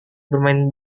bermain